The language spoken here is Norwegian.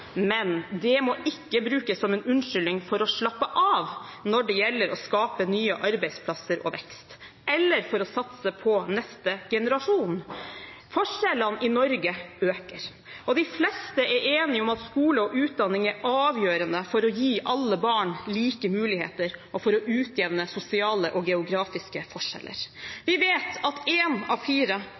men det må ikke brukes som en unnskyldning for å slappe av når det gjelder å skape nye arbeidsplasser og vekst, eller å satse på neste generasjon. Forskjellene i Norge øker. De fleste er enige om at skole og utdanning er avgjørende for å gi alle barn like muligheter og for å utjevne sosiale og geografiske forskjeller. Vi vet at én av fire